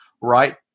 right